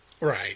Right